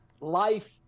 life